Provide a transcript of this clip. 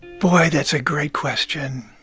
boy, that's a great question.